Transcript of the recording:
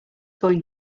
going